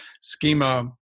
schema